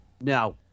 No